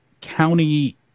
County